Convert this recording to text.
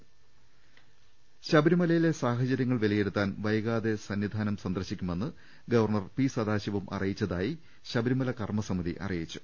ദർവ്വെട്ടറ ശബരിമലയിലെ സാഹചര്യങ്ങൾ വിലയിരുത്താൻ വൈകാതെ സന്നിധാനം സന്ദർശിക്കുമെന്ന് ഗവർണർ പി സദാശിവം അറിയിച്ചതായി ശബരിമല കർമ്മ സമിതി അറിയിച്ചു